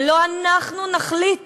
ולא אנחנו נחליט